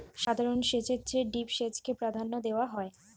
সাধারণ সেচের চেয়ে ড্রিপ সেচকে প্রাধান্য দেওয়া হয়